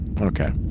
Okay